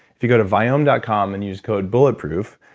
if you go to viome dot com and use code bulletproof.